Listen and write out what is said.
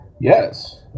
Yes